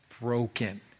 Broken